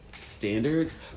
standards